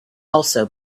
also